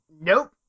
Nope